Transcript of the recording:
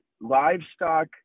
livestock